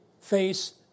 face